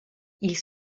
ils